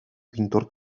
pintor